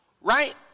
right